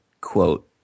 quote